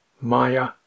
Maya